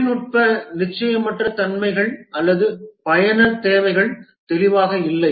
தொழில்நுட்ப நிச்சயமற்ற தன்மைகள் அல்லது பயனர் தேவைகள் தெளிவாக இல்லை